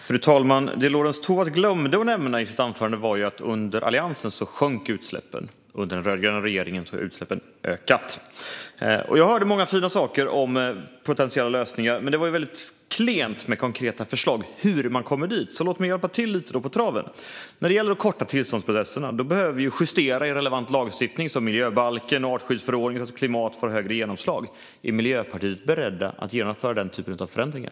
Fru talman! Det som Lorentz Tovatt glömde att nämna i sitt anförande var att under Alliansen sjönk utsläppen. Under den rödgröna regeringen har utsläppen ökat. Jag hörde många fina saker om potentiella lösningar, men det var klent med konkreta förslag om hur man kommer dit. Låt mig därför hjälpa till lite. När det gäller att korta tillståndsprocesserna behöver vi justera relevant lagstiftning, som miljöbalken och artskyddsförordningen, så att klimat får högre genomslag. Är Miljöpartiet berett att genomföra den typen av förändringar?